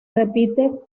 repite